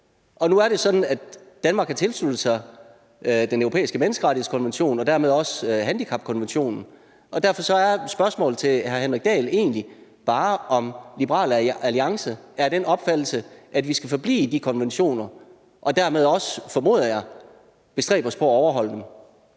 nu er det sådan, at Danmark har tilsluttet sig Den Europæiske Menneskerettighedskonvention og dermed også handicapkonventionen, og derfor er mit spørgsmål til hr. Henrik Dahl egentlig bare, om Liberal Alliance er af den opfattelse, at vi skal forblive i de konventioner og dermed også – formoder jeg – bestræbe os på overholde